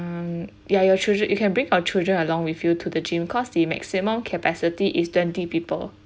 mm ya your children you can bring your children along with you to the gym cause the maximum capacity is twenty people